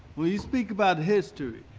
when you speak about history,